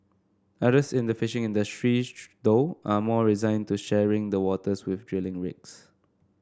others in the fishing industry though are more resigned to sharing the waters with drilling rigs